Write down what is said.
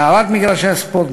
הארת מגרשי ספורט,